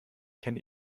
kenne